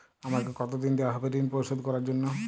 আমাকে কতদিন দেওয়া হবে ৠণ পরিশোধ করার জন্য?